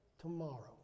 tomorrow